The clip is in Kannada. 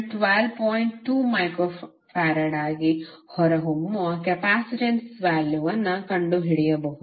2 ಮೈಕ್ರೋಫರಾಡ್ ಆಗಿ ಹೊರಹೊಮ್ಮುವ ಕೆಪಾಸಿಟನ್ಸ್ ಮೌಲ್ಯವನ್ನು ಕಂಡುಹಿಡಿಯಬಹುದು